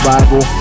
Bible